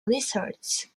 lizards